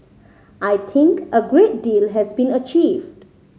I think a great deal has been achieved